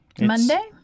Monday